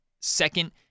second